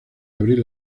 abrir